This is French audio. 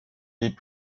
les